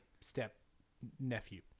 step-nephew